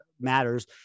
matters